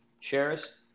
shares